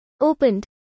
Opened